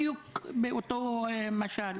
בדיוק באותו משל.